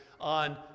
on